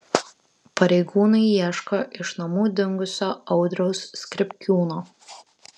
pareigūnai ieško iš namų dingusio audriaus skripkiūno